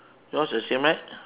yours the same right